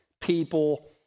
people